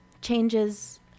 changes